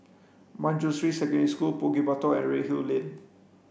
Manjusri Secondary School Bukit Batok and Redhill Lane